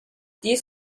dies